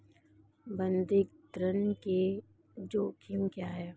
बंधक ऋण के जोखिम क्या हैं?